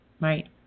Right